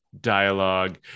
dialogue